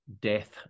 death